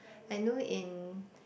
I know in